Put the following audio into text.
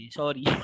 sorry